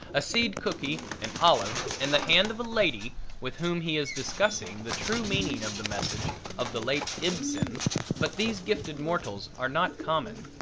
a seed cookie, an olive, and the hand of a lady with whom he is discussing the true meaning of the message of the late ibsen but these gifted mortals are not common.